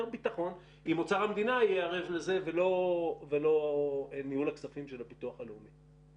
ביטחון אם אוצר המדינה יהיה ערב לזה ולא ניהול הכספים של הביטחון הלאומי?